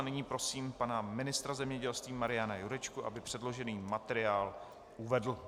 Nyní prosím pana ministra zemědělství Mariana Jurečku, aby předložený materiál uvedl.